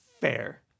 Fair